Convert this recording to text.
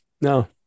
no